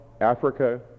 Africa